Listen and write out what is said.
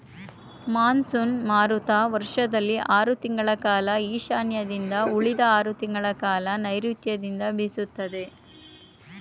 monsoon ಮಾರುತ ವರ್ಷದಲ್ಲಿ ಆರ್ ತಿಂಗಳ ಕಾಲ ಈಶಾನ್ಯದಿಂದ ಉಳಿದ ಆರ್ ತಿಂಗಳಕಾಲ ನೈರುತ್ಯದಿಂದ ಬೀಸುತ್ತೆ